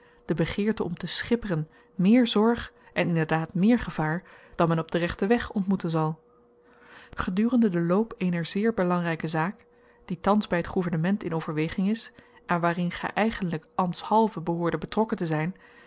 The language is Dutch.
de begeerte om te schipperen meer zorg en inderdaad meer gevaar dan men op den rechten weg ontmoeten zal gedurende den loop eener zeer belangryke zaak die thans by t gouvernement in overweging is en waarin gy eigenlyk ambtshalve behoorde betrokken te zyn